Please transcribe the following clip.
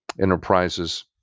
enterprises